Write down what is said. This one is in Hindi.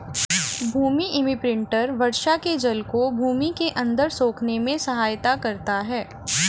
भूमि इम्प्रिन्टर वर्षा के जल को भूमि के अंदर सोखने में सहायता करता है